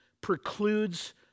precludes